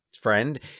friend